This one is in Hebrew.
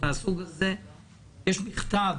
יש מכתב